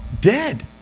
dead